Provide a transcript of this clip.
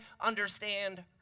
understand